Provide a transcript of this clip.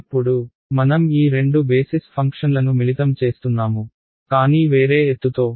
ఇప్పుడు మనం ఈ రెండు బేసిస్ ఫంక్షన్లను మిళితం చేస్తున్నాము కానీ వేరే ఎత్తు తో